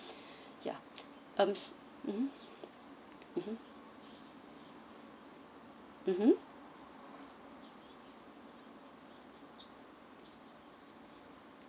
ya um mmhmm